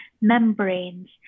membranes